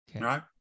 right